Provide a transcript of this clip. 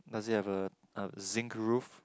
does it have a a zinc roof